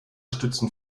stützen